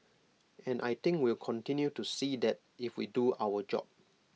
and I think we'll continue to see that if we do our job